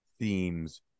themes